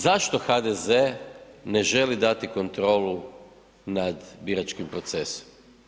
Zašto HDZ ne želi dati kontrolu nad biračkim procesom?